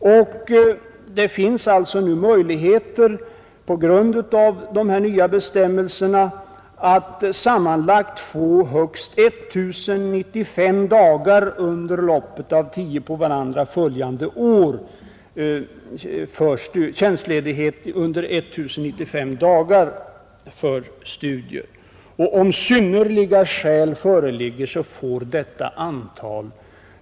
De nya bestämmelserna ger alltså möjlighet till tjänstledighet i högst 1095 dagar under loppet av tio på varandra följande år för studier. Om synnerliga skäl föreligger, får detta antal